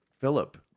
Philip